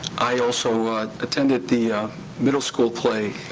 i also attended the middle school play,